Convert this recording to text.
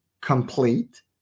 complete